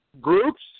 groups